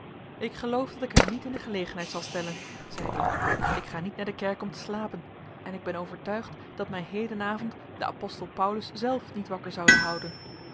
ik geloof dat ik hem niet in de gelegenheid zal stellen zeide ik ik ga niet naar de kerk om te slapen en ik ben overtuigd dat mij hedenavond de apostel paulus zelf niet wakker zoude houden